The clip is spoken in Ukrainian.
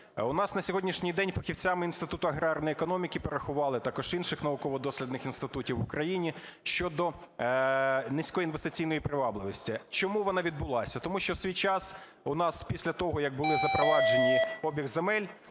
У нас на сьогоднішній день фахівцями Інституту аграрної економіки порахували, також інших науково-дослідних інститутів в Україні, щодо низько інвестиційної привабливості. Чому вона відбулася? Тому що в свій час у нас після того, як було запроваджено обіг земель